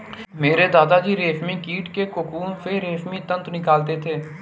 मेरे दादा जी रेशमी कीट के कोकून से रेशमी तंतु निकालते थे